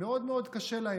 מאוד מאוד קשה להם,